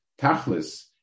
Tachlis